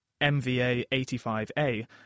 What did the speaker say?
MVA85A